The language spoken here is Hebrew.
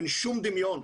אין שום דמיון.